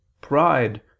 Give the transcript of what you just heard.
pride